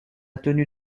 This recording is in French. tenue